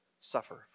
suffer